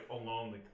alone